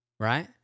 right